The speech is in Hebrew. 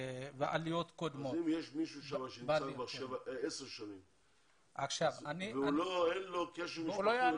אם יש שם מישהו שנמצא כבר 10 שנים ואין לו קשר משפחתי,